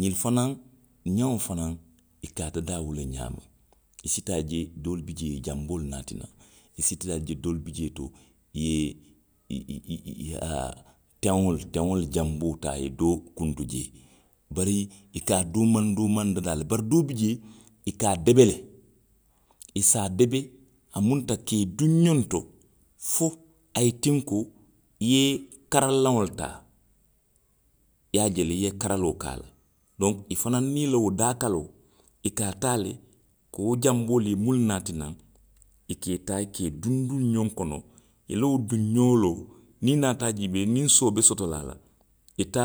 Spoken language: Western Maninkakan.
Ňinnu fanaŋ, ňeŋo fanaŋ. i ka a dadaa wo le ňaama. I si taa je doolu bi jee. i ye janboolu naati naŋ, i si taa je doolu bi jee to, i ye, i. i. i, i ye a, teŋolu, teŋolu janboo taa i ye doo kuntu jee, bari i ka a doomaŋ doomaŋ dadaa le, bari doo bi jee i ka a debe le. I se a debe, a munta ka i duŋ ňoŋ to fo a ye tiŋ ko i ye karalilaŋo le taa, i ye a je le i ye karaloo ke a la. donku, i fanaŋ niŋ i la wo daa kaloo, i ka a taa le, wo janboolu, i ye munnu naati naŋ, i ka i taa i ka i duŋ duŋ xoŋ kono. I la wo duŋ ňooloo, niŋ i naata a jiibee, niŋ soo be soto la a la, i ka